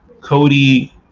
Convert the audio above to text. Cody